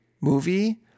movie